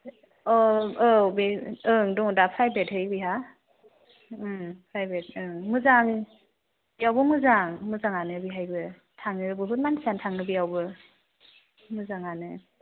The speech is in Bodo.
अ औ बे ओं दङ दा प्राइभेटहै बेहा प्राइभेट मोजां इयावबो मोजां मोजाङानो बेहायबो थाङो बुहुद मानसियानो थाङो बेयावबो मोजाङानो